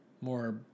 more